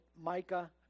Micah